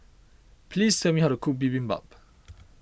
please tell me how to cook Bibimbap